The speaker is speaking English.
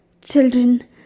Children